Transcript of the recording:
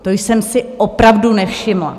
To jsem si opravdu nevšimla.